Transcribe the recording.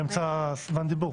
היא באמצע זמן דיבור.